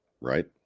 right